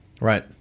right